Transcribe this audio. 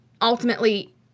ultimately